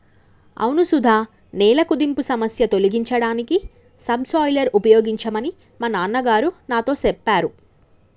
అవును సుధ నేల కుదింపు సమస్య తొలగించడానికి సబ్ సోయిలర్ ఉపయోగించమని మా నాన్న గారు నాతో సెప్పారు